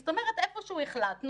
זאת אומרת איפשהו החלטנו